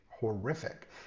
horrific